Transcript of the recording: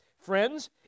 Friends